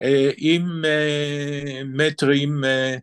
‫עם מטרים